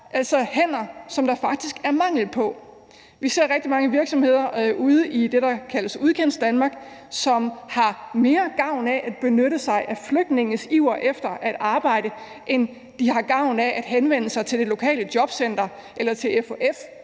altså hænder, som der faktisk er mangel på. Vi ser rigtig mange virksomheder ude i det, der kaldes Udkantsdanmark, som har mere gavn af at benytte sig af flygtninges iver efter at arbejde, end de har gavn af at henvende sig til det lokale jobcenter eller til